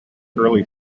early